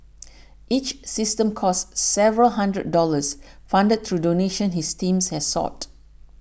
each system costs several hundred dollars funded through donations his team has sought